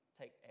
take